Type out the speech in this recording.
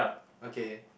okay